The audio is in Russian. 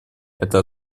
это